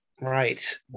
right